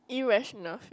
irrational fear